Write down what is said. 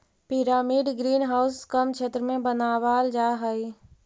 pyramid green house कम क्षेत्र में बनावाल जा हई